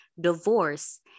divorce